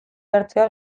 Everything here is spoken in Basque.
hartzea